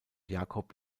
jakob